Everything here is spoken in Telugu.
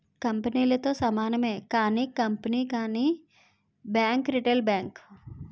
కంపెనీలతో సమానమే కానీ కంపెనీ కానీ బ్యాంక్ రిటైల్ బ్యాంక్